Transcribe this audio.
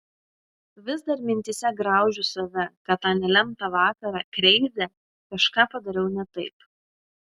vis dar mintyse graužiu save kad tą nelemtą vakarą kreize kažką padariau ne taip